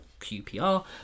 qpr